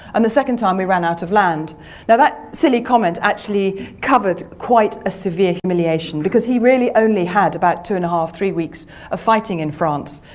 and the second time we ran out of land now that silly comment actually covered quite a severe humiliation, because he really only had about two and a half, three weeks of fighting in france,